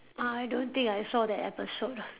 I don't think I saw that episode ah